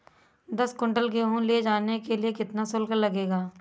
दस कुंटल गेहूँ ले जाने के लिए कितना शुल्क लगेगा?